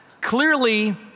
Clearly